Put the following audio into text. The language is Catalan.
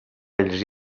ells